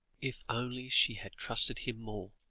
if only she had trusted him more!